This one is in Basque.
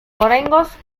oraingoz